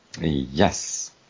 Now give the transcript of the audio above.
Yes